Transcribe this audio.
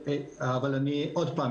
עוד פעם,